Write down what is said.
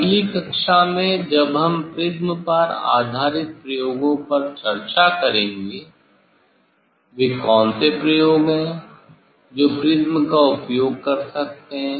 अगली कक्षा में अब हम प्रिज्म पर आधारित प्रयोग पर चर्चा करेंगे वे कौन से प्रयोग हैं जो प्रिज़्म का उपयोग कर सकते हैं